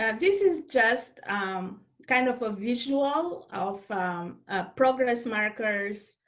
ah this is just kind of a visual of progress markers,